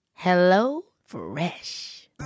HelloFresh